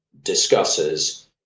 discusses